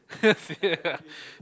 serious ah